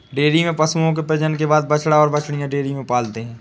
dairy में पशुओं के प्रजनन के बाद बछड़ा और बाछियाँ डेयरी में पलते हैं